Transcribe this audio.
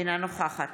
אינה נוכחת